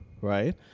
right